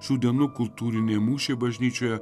šių dienų kultūrinė mušė bažnyčioje